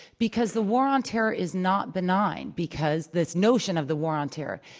because the war on terror is not benign, because this notion of the war on terror,